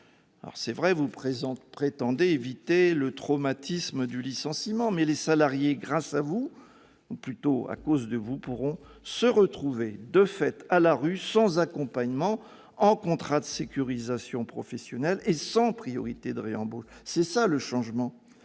C'est vrai, vous prétendez éviter le « traumatisme du licenciement », mais les salariés, grâce à vous, ou plutôt à cause de vous, pourront se retrouver à la rue sans accompagnement, en contrat de sécurisation professionnelle et sans priorité de réembauche. Voilà le changement